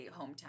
hometown